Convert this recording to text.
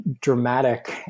dramatic